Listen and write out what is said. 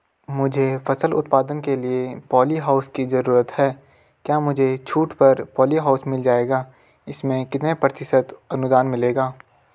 मुझे फसल उत्पादन के लिए प ॉलीहाउस की जरूरत है क्या मुझे छूट पर पॉलीहाउस मिल जाएगा इसमें कितने प्रतिशत अनुदान मिलेगा?